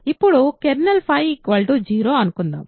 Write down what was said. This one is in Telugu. ఇప్పుడు కెర్నల్ 0 అనుకుందాం